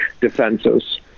defenses